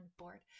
board